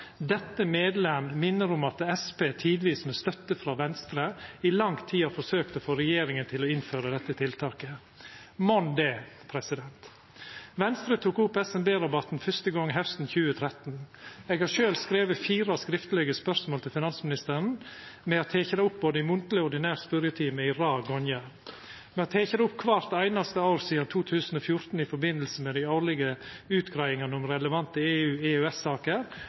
tidvis med støtte fra Venstre, i lang tid har forsøkt å få regjeringen til å innføre dette tiltaket.» Mon det. Venstre tok opp SMB-rabatten fyrste gong hausten 2013. Eg har sjølv skrive fire skriftlege spørsmål til finansministeren. Me har teke det opp i både munnleg og ordinær spørjetime ei rad gonger. Me har teke det opp kvart einaste år sidan 2014 i forbindelse med dei årlege utgreiingane om relevante